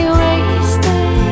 wasted